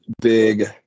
big